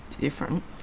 Different